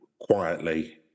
quietly